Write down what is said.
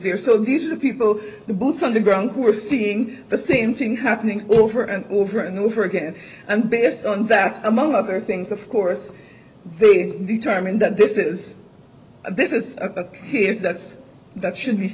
there so these are the people the boots on the ground who are seeing the same thing happening over and over and over again and based on that among other things of course they determine that this is this is a here's that's that should